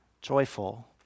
joyful